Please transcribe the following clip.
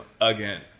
again